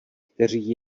kteří